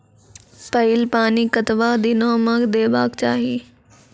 पहिल पानि कतबा दिनो म देबाक चाही?